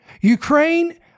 Ukraine